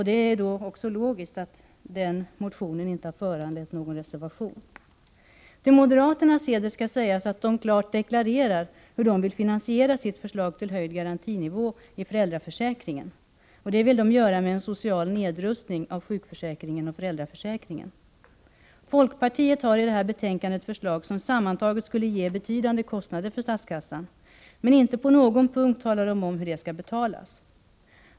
Det är också logiskt att den motionen inte har föranlett någon reservation. Till moderaternas heder skall sägas att de klart deklarerar hur de vill finansiera sitt förslag till höjd garantinivå i föräldraförsäkringen. De vill göra det med en social nedrustning av sjukförsäkringen och föräldraförsäkringen. Folkpartiet har i detta betänkande förslag som sammantaget skulle ge betydande kostnader för statskassan, men inte på någon punkt talar partiet om hur det skall betalas.